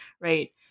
right